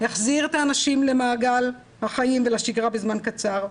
החזיר את האנשים למעגל החיים ולשגרה בזמן קצר,